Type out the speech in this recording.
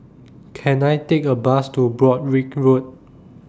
Can I Take A Bus to Broadrick Road